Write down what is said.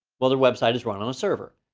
well their website is run on a server,